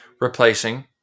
replacing